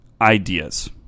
ideas